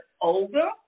older